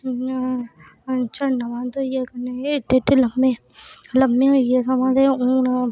झड़ना बंद होई गे में एह्ड़े एह्ड़े लम्मे होई गे